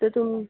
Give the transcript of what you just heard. तर तुम्ही